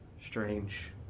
Strange